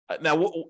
Now